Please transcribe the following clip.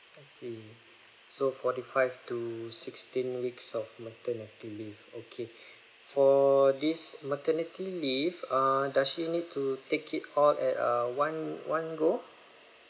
I see so forty five to sixteen weeks of maternity leave okay for this maternity leave err does she need to take it all at a one one go